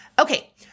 Okay